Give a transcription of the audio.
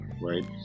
right